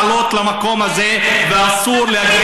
כי אסור לעלות למקום הזה, ואסור,